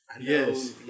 Yes